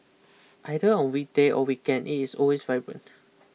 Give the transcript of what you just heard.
either on weekday or weekend it is always vibrant